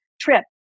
trip